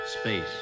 Space